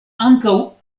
ankaŭ